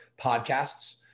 podcasts